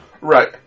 Right